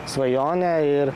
svajonę ir